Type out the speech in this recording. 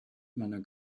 meiner